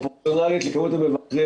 פרופורציונלית לכמות המבקרים,